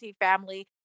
family